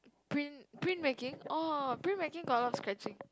print print making orh print making got a lot of scratching